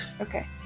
Okay